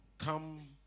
Come